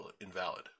invalid